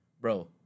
Bro